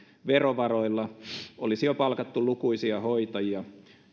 verovaroilla olisi jo palkattu lukuisia hoitajia